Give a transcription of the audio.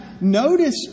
notice